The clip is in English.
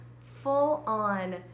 full-on